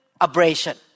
abrasion